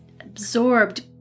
absorbed